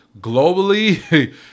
Globally